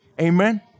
Amen